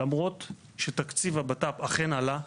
למרות שתקציב ביטחון הפנים אכן עלה,